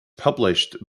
published